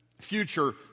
future